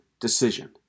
decision